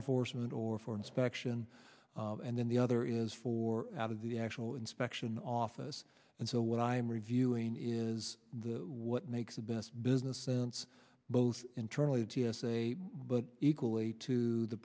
enforcement or for inspection and then the other is for out of the actual inspection office and so what i'm reviewing is what makes the best business sense both internally t s a but equally to the